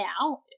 now